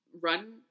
run